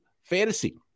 fantasy